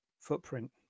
footprint